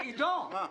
רונן יונה, עידו סופר,